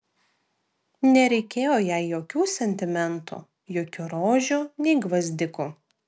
nereikėjo jai jokių sentimentų jokių rožių nei gvazdikų